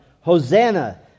Hosanna